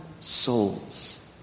souls